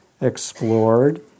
explored